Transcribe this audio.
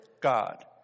God